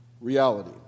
reality